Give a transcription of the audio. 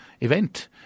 event